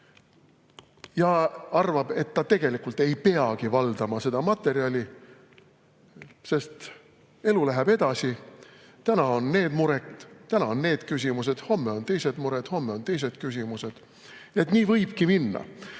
ja arvab, et ta tegelikult ei peagi valdama seda materjali, sest elu läheb edasi. Täna on need mured, täna on need küsimused, homme on teised mured, homme on teised küsimused. Nii võibki minna.